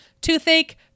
toothache